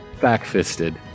backfisted